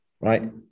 right